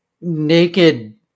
naked